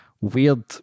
weird